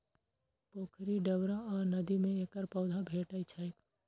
पोखरि, डबरा आ नदी मे एकर पौधा भेटै छैक